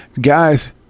Guys